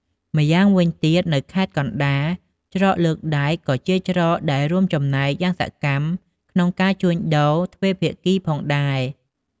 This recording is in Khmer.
ម៉្យាងវិញទៀតនៅខេត្តកណ្តាល ច្រកលើកដែក ក៏ជាច្រកដែលរួមចំណែកយ៉ាងសកម្មក្នុងការជួញដូរទ្វេភាគីផងដែរ។